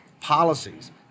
policies